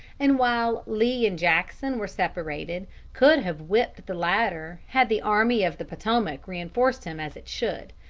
and while lee and jackson were separated could have whipped the latter had the army of the potomac reinforced him as it should,